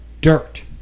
dirt